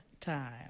time